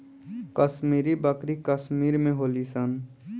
कश्मीरी बकरी कश्मीर में होली सन